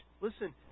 Listen